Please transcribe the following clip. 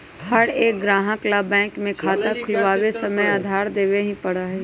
हर एक ग्राहक ला बैंक में खाता खुलवावे समय आधार देवे ही पड़ा हई